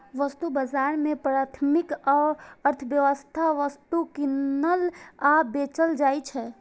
वस्तु बाजार मे प्राथमिक अर्थव्यवस्थाक वस्तु कीनल आ बेचल जाइ छै